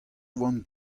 oant